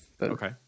Okay